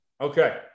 Okay